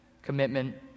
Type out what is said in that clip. commitment